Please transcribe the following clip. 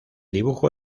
dibujo